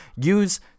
use